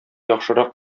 яхшырак